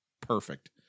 perfect